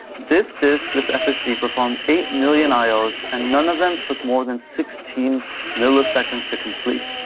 this disk, this ssd performed eight million ios and none of them took more than sixteen milliseconds to complete.